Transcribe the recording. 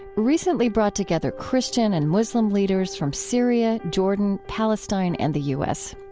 recently brought together christian and muslim leaders from syria, jordan, palestine, and the u s.